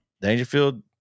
Dangerfield